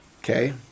Okay